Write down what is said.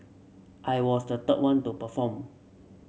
I was the third one to perform